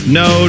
no